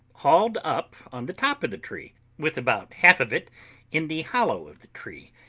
hauled up on the top of the tree, with about half of it in the hollow of the tree,